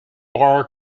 bar